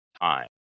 time